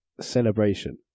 celebration